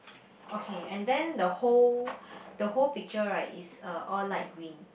okay and then the whole the whole picture right is uh all light green